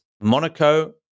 Monaco